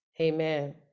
Amen